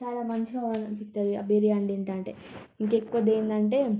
చాలా మంచిగా అనిపిస్తుంది ఆ బిర్యాని తింటుంటే ఇంకెక్కువ దేన్నంటే